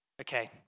Okay